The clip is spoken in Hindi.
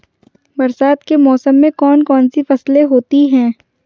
बरसात के मौसम में कौन कौन सी फसलें होती हैं?